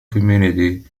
community